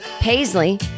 Paisley